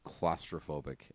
claustrophobic